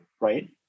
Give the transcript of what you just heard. right